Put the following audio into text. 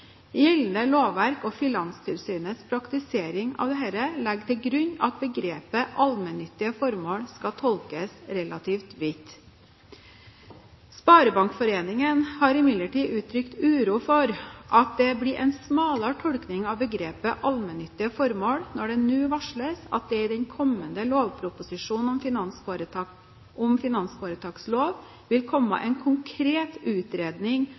Gjeldende lovverk og Finanstilsynets praktisering av dette legger til grunn at begrepet «allmennyttige formål» skal tolkes relativt vidt. Sparebankforeningen har imidlertid uttrykt uro for at det blir en smalere tolkning av begrepet «allmennyttige formål» når det nå varsles at det i den kommende lovproposisjonen om finansforetakslov vil komme en konkret utredning